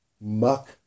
muck